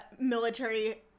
military